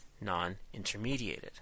non-intermediated